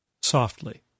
softly